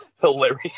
hilarious